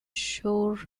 shore